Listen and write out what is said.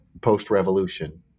Post-revolution